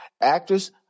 actress